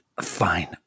fine